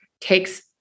takes